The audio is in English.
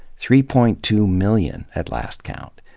three-point-two million at last count,